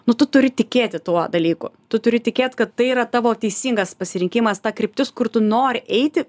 nu tu turi tikėti tuo dalyku tu turi tikėt kad tai yra tavo teisingas pasirinkimas ta kryptis kur tu nori eiti